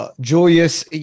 Julius